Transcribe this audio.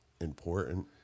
important